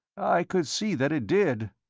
i could see that it did.